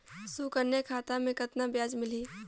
सुकन्या खाता मे कतना ब्याज मिलही?